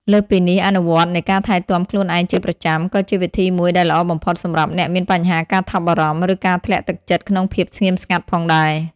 លើសពីនេះ អនុវត្តនៃការថែទាំខ្លួនឯងជាប្រចាំក៏ជាវិធីមួយដែលល្អបំផុតសម្រាប់អ្នកមានបញ្ហាការថប់បារម្ភ ឬការធ្លាក់ទឹកចិត្តក្នុងភាពស្ងៀមស្ងាត់ផងដែរ។